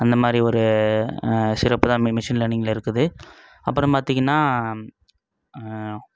அந்த மாதிரி ஒரு சிறப்பு தான் மி மிஷின் லேர்னிங்கில் இருக்குது அப்புறம் பார்த்தீங்கன்னா